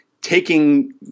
taking